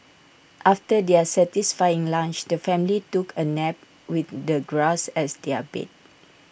after their satisfying lunch the family took A nap with the grass as their bed